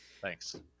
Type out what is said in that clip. Thanks